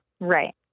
Right